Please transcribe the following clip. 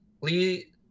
Lee